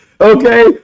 Okay